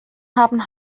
haben